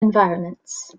environments